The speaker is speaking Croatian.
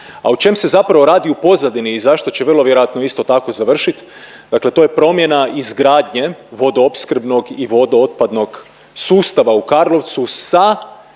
A o čem se zapravo radi u pozadini i zašto će vrlo vjerojatno isto tako završit? Dakle, to je promjena izgradnje vodoopskrbnog i vodootpadnog sustava u Karlovcu sa